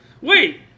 Wait